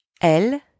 Elle